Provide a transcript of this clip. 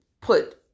put